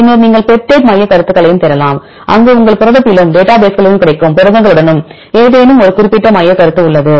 பின்னர் நீங்கள் பெப்டைட் மையக்கருத்துகளையும் தேடலாம் அங்கு உங்கள் புரதத்திலும் டேட்டாபேஸ்களில் கிடைக்கும் புரதங்களுடனும் ஏதேனும் குறிப்பிட்ட மையக்கருத்து உள்ளது